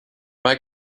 most